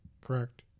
Correct